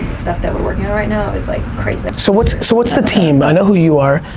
stuff that we're working on right now is like crazy. so what's so what's the team, i know who you are.